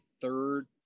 third